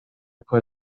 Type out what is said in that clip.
put